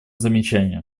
замечание